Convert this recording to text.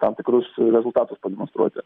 tam tikrus rezultatus pademonstruoti